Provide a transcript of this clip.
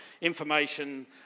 information